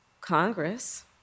Congress